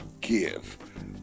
give